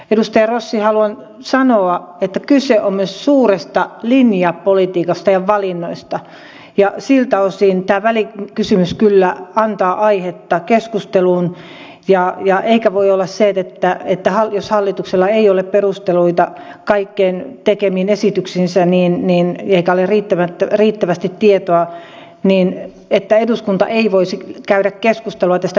edustaja rossi haluan sanoa että kyse on myös suuresta linjapolitiikasta ja valinnoista ja siltä osin tämä välikysymys kyllä antaa aihetta keskusteluun eikä voi olla niin että jos hallituksella ei ole perusteluita kaikkiin tekemiinsä esityksiin eikä ole riittävästi tietoa eduskunta ei voisi käydä keskustelua tästä peruslinjauksesta